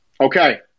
Okay